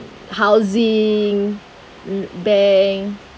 housing mm bank